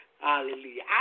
Hallelujah